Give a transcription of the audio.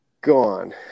gone